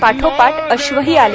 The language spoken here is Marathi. पाठोपाठ अश्व आले